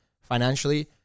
financially